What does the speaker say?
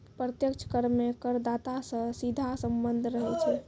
प्रत्यक्ष कर मे करदाता सं सीधा सम्बन्ध रहै छै